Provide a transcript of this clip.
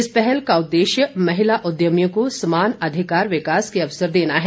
इस पहल का उद्देश्य महिला उद्यमियों को समान आर्थिक विकास के अवसर देना है